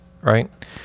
right